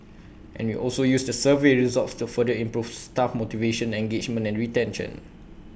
and we also use the survey results to further improve staff motivation engagement and retention